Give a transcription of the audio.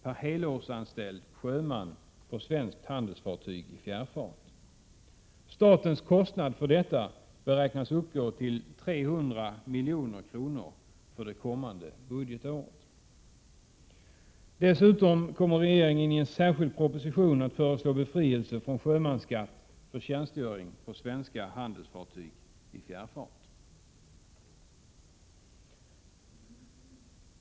per helårsanställd sjöman på svenskt handelsfartyg i fjärrfart. Statens kostnad för detta beräknas uppgå till 300 milj.kr. för det kommande budgetåret. Dessutom kommer regeringen att i en särskild proposition föreslå befrielse från sjömansskatt för tjänstgöring på svenska handelsfartyg i fjärrfart.